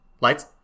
Lights